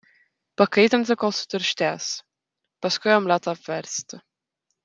pakaitinti kol sutirštės paskui omletą apversti